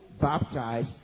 baptize